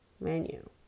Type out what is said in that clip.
menu